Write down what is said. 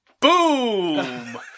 Boom